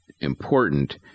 important